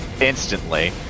instantly